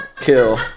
kill